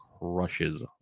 crushes